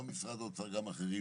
גם במשרד האוצר וגם אחרים.